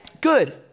good